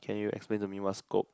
can you explain to me what's kope